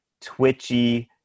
twitchy